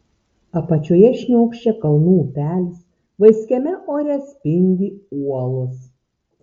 apačioje šniokščia kalnų upelis vaiskiame ore spindi uolos